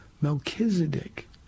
Melchizedek